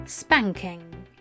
Spanking